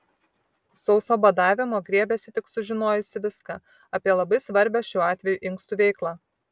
sauso badavimo griebėsi tik sužinojusi viską apie labai svarbią šiuo atveju inkstų veiklą